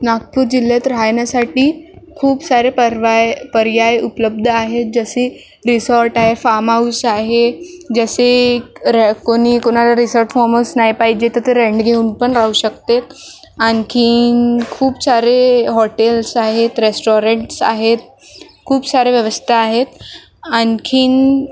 नागपूर जिल्ह्यात राहण्यासाठी खूप सारे पर्याय पर्याय उपलब्ध आहेत जशी रिसॉर्ट आहे फार्महाऊस आहे जसे रे कोणी कोणाला रिसॉर्ट फार्महाऊस नाही पाहिजे तर ते रेंट घेऊन पण राहू शकतात आणखीन खूप सारे हॉटेल्स आहेत रेस्टॉरंटस आहेत खूप साऱ्या व्यवस्था आहेत आणखी